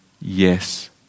yes